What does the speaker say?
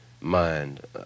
mind